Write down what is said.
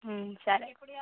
సరే